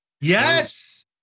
Yes